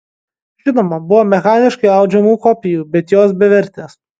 žinoma buvo mechaniškai audžiamų kopijų bet jos bevertės